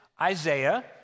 Isaiah